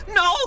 no